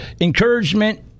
encouragement